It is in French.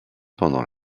pendant